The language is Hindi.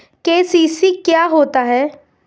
के.सी.सी क्या होता है?